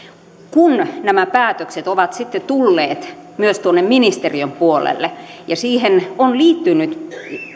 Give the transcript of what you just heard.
kun nämä päätökset ovat sitten tulleet myös tuonne ministeriön puolelle ja siihen on liittynyt